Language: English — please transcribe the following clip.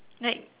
like